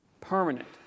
Permanent